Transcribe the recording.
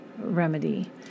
remedy